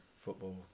football